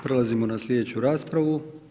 Prelazimo na sljedeću raspravu.